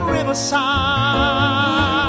Riverside